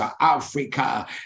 Africa